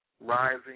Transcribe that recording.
rising